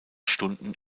stunden